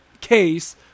case